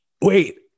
wait